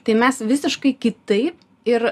tai mes visiškai kitaip ir